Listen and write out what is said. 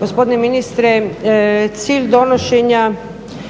Gospodine ministre, cilj donošenja